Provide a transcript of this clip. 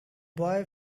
boy